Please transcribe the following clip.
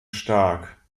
stark